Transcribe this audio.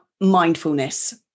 mindfulness